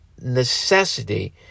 necessity